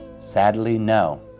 sadly no.